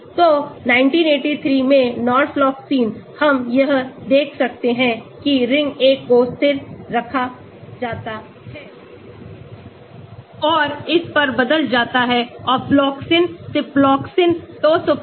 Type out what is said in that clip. तो 1983 में norfloxacin हम यह देख सकते हैं कि रिंग A को स्थिर रखा जाता है और इस पर बदल जाता है ofloxacin ciprofloxacin tosufloxacin enoxacin